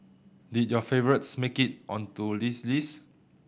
did your favourites make it onto this list